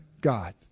God